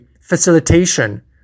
facilitation